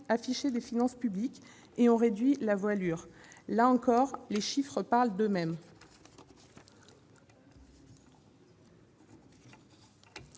affiché des finances publiques et réduit la voilure- là encore, les chiffres parlent d'eux-mêmes.